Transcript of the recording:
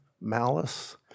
malice